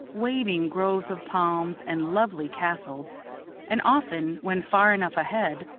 waving groves of palms, and lovely castles and often, when far enough ahead,